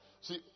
See